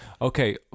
okay